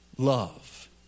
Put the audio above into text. Love